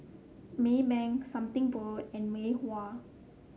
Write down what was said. Maybank Something Borrowed and Mei Hua